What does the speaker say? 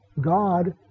God